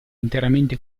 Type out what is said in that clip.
interamente